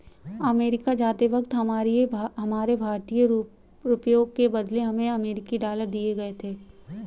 America जाते वक्त हमारे भारतीय रुपयों के बदले हमें अमरीकी डॉलर दिए गए थे